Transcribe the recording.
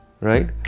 right